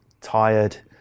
tired